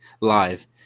live